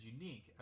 unique